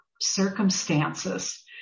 circumstances